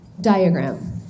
diagram